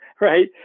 right